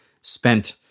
spent